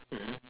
mmhmm